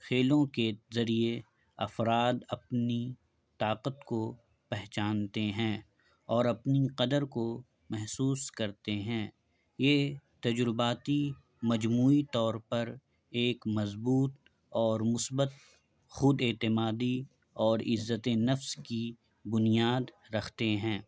کھیلوں کے ذریعے افراد اپنی طاقت کو پہچانتے ہیں اور اپنی قدر کو محسوس کرتے ہیں یہ تجرباتی مجموعی طور پر ایک مضبوط اور مثبت خود اعتمادی اور عزت نفس کی بنیاد رکھتے ہیں